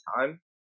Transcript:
time